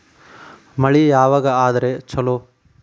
ಮಳಿ ಯಾವಾಗ ಆದರೆ ಛಲೋ?